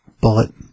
bullet